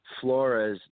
Flores